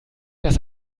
dass